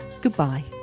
Goodbye